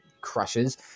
crushes